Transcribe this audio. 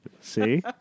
See